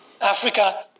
Africa